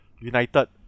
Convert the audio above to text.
United